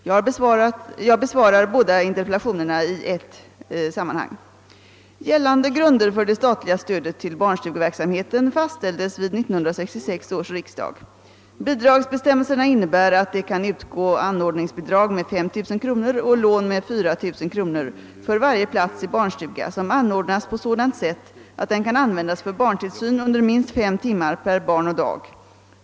Jag besvarar båda interpellationerna i ett sammanhang. Gällande grunder för det statliga stödet till barnstugeverksamheten fastställdes vid 1966 års riksdag. Bidragsbestämmelserna innebär att det kan utgå anordningsbidrag med 5 000 kronor och lån med 4000 kronor för varje plats i barnstuga som anordnas på sådant sätt att den kan användas för barntillsyn under minst fem timmar per barn och dag.